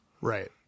Right